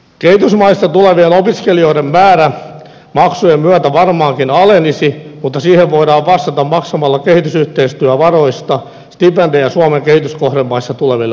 kehitysmaista tulevien opiskelijoiden määrä maksujen myötä varmaankin alenisi mutta siihen voidaan vastata maksamalla kehitysyhteistyövaroista stipendejä suomen kehityskohdemaista tuleville opiskelijoille